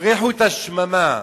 הפריחו את השממה.